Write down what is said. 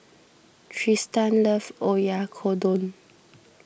Trystan loves Oyakodon